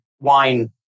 wine